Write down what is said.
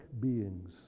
beings